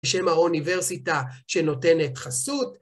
בשם האוניברסיטה שנותנת חסות.